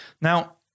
Now